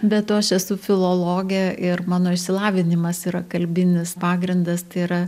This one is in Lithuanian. be to aš esu filologė ir mano išsilavinimas yra kalbinis pagrindas tai yra